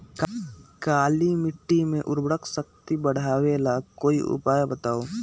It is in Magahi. काली मिट्टी में उर्वरक शक्ति बढ़ावे ला कोई उपाय बताउ?